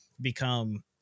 become